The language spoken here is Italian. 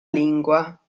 lingua